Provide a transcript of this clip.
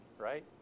right